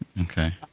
Okay